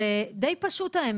האמת שזה די פשוט.